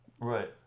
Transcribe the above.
right